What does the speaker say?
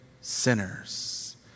sinners